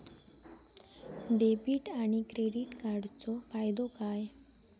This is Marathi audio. डेबिट आणि क्रेडिट कार्डचो फायदो काय?